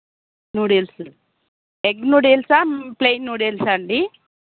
noodles egg నూడిల్సా plain న్యూడిల్సా అండీ